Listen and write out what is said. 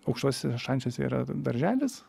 aukštuosiuose šančiuose yra darželis